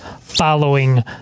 following